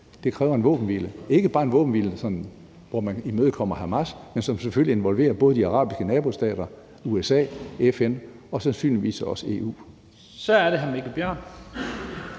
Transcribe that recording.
Det kræver en våbenhvile, ikke bare en våbenhvile, hvor man imødekommer Hamas, men en, som selvfølgelig involverer både de arabiske nabostater, USA, FN og sandsynligvis også EU. Kl. 10:44 Første